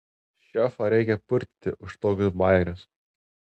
šefą reikia purtyti už tokius bajerius